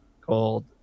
called